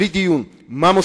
בלי דיון על מה מוסיפים,